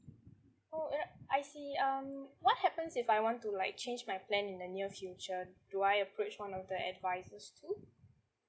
oh ya I see um what happens if I want to like change my plan in the near future do I approach one of the advisors too